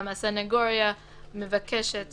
הסנגוריה מבקשת